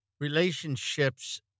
Relationships